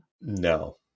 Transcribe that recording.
No